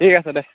ঠিক আছে দে